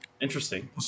interesting